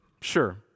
sure